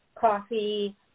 Coffee